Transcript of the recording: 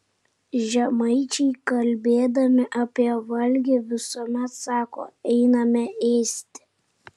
žemaičiai kalbėdami apie valgį visuomet sako einame ėsti